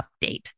update